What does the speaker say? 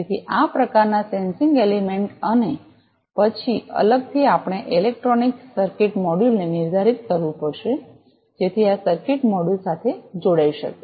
તેથી આ પ્રકારના સેન્સિંગ એલિમેન્ટ અને પછી અલગથી આપણે ઇલેક્ટ્રોનિક સર્કિટ મોડ્યુલને નિર્ધારિત કરવું પડશે જેથી આ સર્કિટ મોડ્યુલ સાથે જોડાઈ શકે